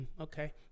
okay